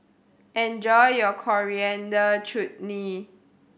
enjoy your Coriander Chutney